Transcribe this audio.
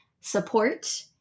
support